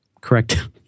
Correct